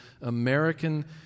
American